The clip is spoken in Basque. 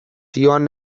zihoan